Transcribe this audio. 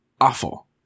awful